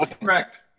Correct